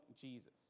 Jesus